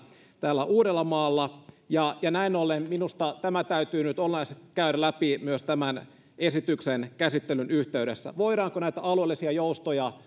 uudellamaalla näin ollen minusta tämä täytyy nyt olennaisesti käydä läpi myös tämän esityksen käsittelyn yhteydessä voidaanko näitä alueellisia joustoja